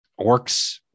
orcs